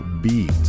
Beat